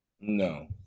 No